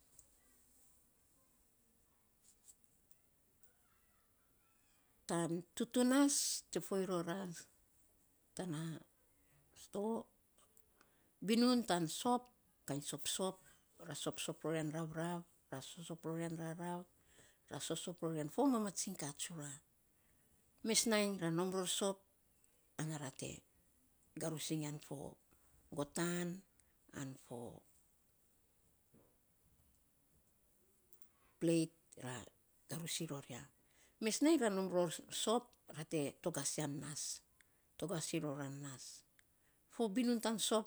tan tutunas te foiny rora tana sito binun tan sop, kainy sopsop, ra sopsop ror yan ravrav, ra sopsop ror yan rarav, ra sopsop ror yan fo mamatsing kaa tsura. Mes nainy ara nom ror sop ana ra te garus iny yan fo gotan an fo pleit, ra garus iny ror ya. Mes nainy ra nom ror sop ra te togas e yan nas, togas iny roran nas fo binun tan sop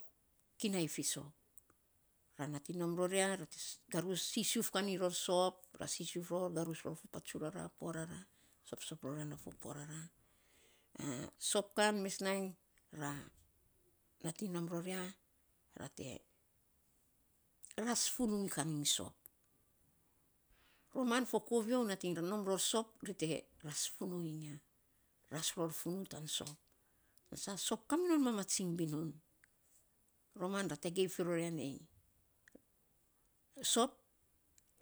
kinai fiisok ra nating nom ror ya ra te garus, sisiuf kan iny ror sop, ra sisiuf ror garus ror patsu rara pua rara sopsop rora na fo puan rara sop kan mes nainy ra natikng nom ror ya te ras funuu kan iny sop. Roman fo koviou nating nom ror sop, ri te ras funuu iny ya, ras ror funuu tan sop tana saa sop kaminon mamatsing binun. Roman ra tagei fi ror ya nei, sop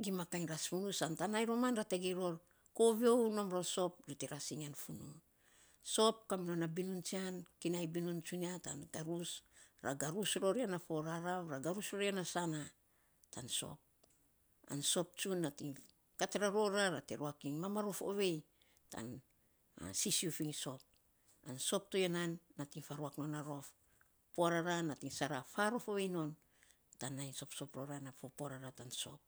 gima kainy ras funuu san tan nainy roman ra tagei ror kooviu nom ror sop ri te ras iny yan funuu, sop kaminon na binun tsian kinai binun tsunia tan garus, ra garus ror ya na fo rarav, ra garus ror ya na sana an sop tsun nating kat rarora ra te ruak iny mamarof ovei tan sisiuf iny sop an sop to ya nan nating faruak non na rof pua rara nating sara faarof ovei non tan nainy sopsop rora na pua rara tan sop.